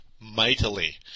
Mightily